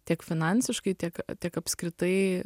tiek finansiškai tiek tiek apskritai